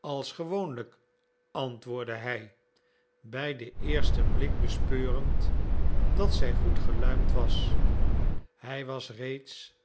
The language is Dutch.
als gewoonlijk antwoordde hij bij den eersten blik bespeurend dat zij goed geluimd was hij was reeds